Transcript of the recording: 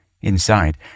Inside